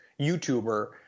YouTuber